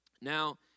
Now